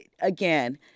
again